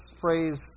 phrase